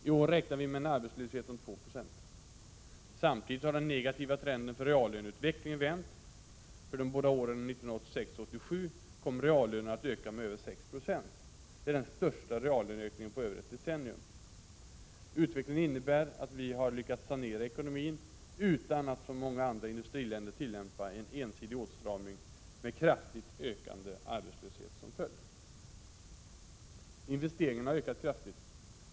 I år räknar vi med en arbetslöshet om 2 96. Samtidigt har den negativa trenden för reallöneutvecklingen vänt. För de båda åren 1986 och 1987 kommer reallönerna att öka med över 6 20. Det är den största reallöneökningen på över ett decennium. Utvecklingen innebär att vi har lyckats sanera ekonomin utan att som många andra industriländer tillämpa en ensidig åtstramning med kraftigt ökande arbetslöshet som följd. Investeringarna har ökat kraftigt.